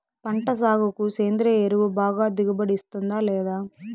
పంట సాగుకు సేంద్రియ ఎరువు బాగా దిగుబడి ఇస్తుందా లేదా